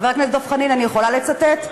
חבר הכנסת דב חנין, אני יכולה לצטט?